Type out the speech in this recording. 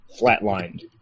flatlined